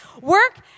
Work